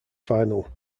final